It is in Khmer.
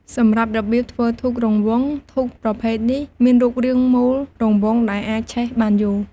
សម្រាប់ របៀបធ្វើធូបរង្វង់ ធូបប្រភេទនេះមានរូបរាងមូលរង្វង់ ដែលអាចឆេះបានយូរ។